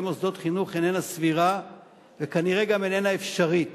מוסדות חינוך איננה סבירה וכנראה גם איננה אפשרית